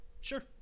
Sure